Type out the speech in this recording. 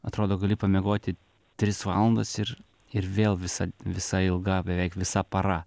atrodo gali pamiegoti tris valandas ir ir vėl visa visa ilga beveik visa para